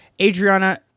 Adriana